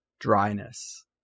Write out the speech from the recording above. dryness